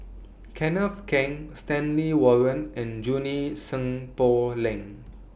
Kenneth Keng Stanley Warren and Junie Sng Poh Leng